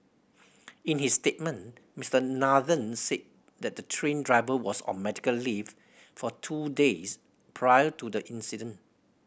in his statement Mister Nathan say the train driver was on medical leave for two days prior to the incident